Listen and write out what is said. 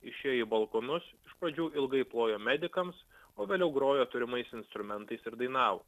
išėję į balkonus iš pradžių ilgai plojo medikams o vėliau grojo turimais instrumentais ir dainavo